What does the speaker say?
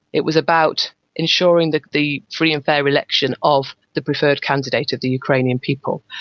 it was about ensuring that the free and fair election of the preferred candidate of the ukrainian people,